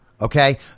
okay